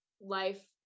life